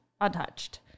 untouched